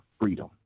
freedom